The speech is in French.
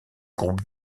groupe